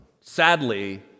Sadly